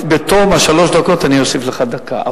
בתום שלוש הדקות אוסיף לך דקה.